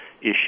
issue